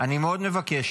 אני מאוד מבקש